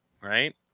Right